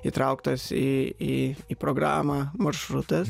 įtrauktas į į į programą maršrutas